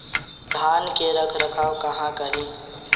धान के रख रखाव कहवा करी?